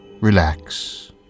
Relax